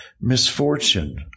misfortune